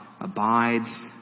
abides